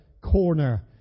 corner